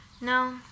No